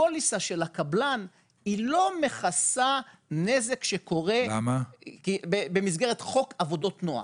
הפוליסה של הקבלן לא מכסה נזק שקורה במסגרת חוק עבודות נוער.